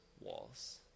walls